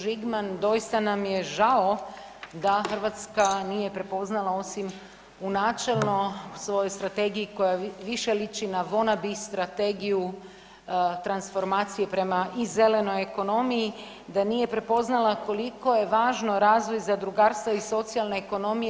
Žigman, doista nam je žao da Hrvatska nije prepoznala osim u načelno svoju strategiji koja više liči na vonabi strategiju transformacije i prema i zelenoj ekonomiji, da nije prepoznala koliko je važno razvoj zadrugarstva i socijalne ekonomije.